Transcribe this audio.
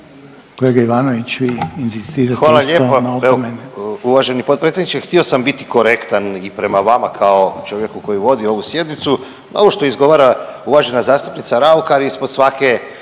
Hvala lijepa. Evo uvaženi potpredsjedniče htio sam biti korektan i prema vama kao čovjeku koji vodi ovu sjednicu. Ovo što izgovara uvažena zastupnica Raukar ispod svake